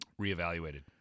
Reevaluated